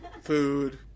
food